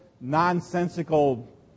nonsensical